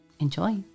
Enjoy